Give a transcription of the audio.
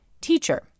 Teacher